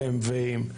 ב.מ.ווים,